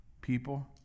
people